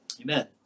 Amen